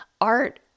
art